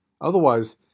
Otherwise